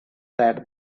that